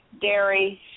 dairy